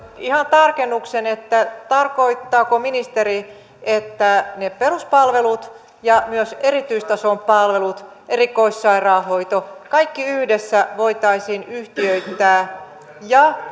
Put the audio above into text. ihan tarkennuksen tarkoittaako ministeri että ne peruspalvelut ja myös erityistason palvelut erikoissairaanhoito kaikki yhdessä voitaisiin yhtiöittää ja